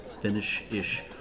finish-ish